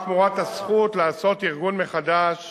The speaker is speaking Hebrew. רק תמורת הזכות לעשות ארגון מחדש